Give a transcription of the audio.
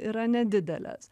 yra nedidelės